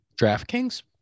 DraftKings